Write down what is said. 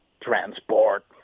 transport